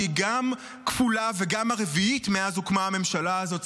שהיא גם כפולה וגם הרביעית מאז הוקמה הממשלה הזאת,